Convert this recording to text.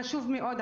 חשוב מאוד,